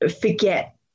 forget